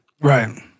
Right